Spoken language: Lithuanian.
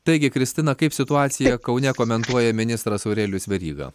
taigi kristina kaip situaciją kaune komentuoja ministras aurelijus veryga